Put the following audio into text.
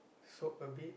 soak a bit